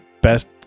best